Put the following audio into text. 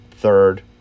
third